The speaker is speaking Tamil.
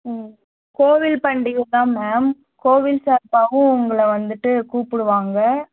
ம் கோவில் பண்டிகை தான் மேம் கோவில் சார்பாகவும் உங்களை வந்துவிட்டு கூப்பிடுவாங்க